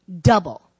Double